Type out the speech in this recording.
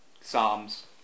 Psalms